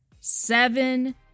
Seven